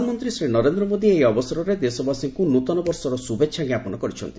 ପ୍ରଧାନମନ୍ତ୍ରୀ ନରେନ୍ଦ୍ର ମୋଦି ଏହି ଅବସରରେ ଦେଶବାସୀଙ୍କୁ ନୂତନ ବର୍ଷର ଶୁଭେଚ୍ଛା ଜ୍ଞାପନ କରିଛନ୍ତି